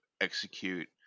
execute